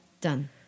done